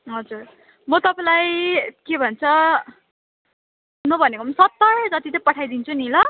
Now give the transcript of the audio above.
हजुर म तपाईँलाई के भन्छ नभनेको सत्तर जति चाहिँ पठाइदिन्छु नि ल